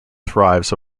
thrives